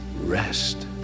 rest